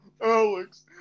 alex